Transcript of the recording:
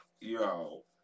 Yo